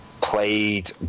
played